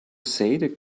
say